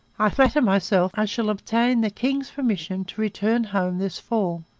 i flatter myself i shall obtain the king's permission to return home this fall.